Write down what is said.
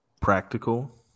practical